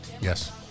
Yes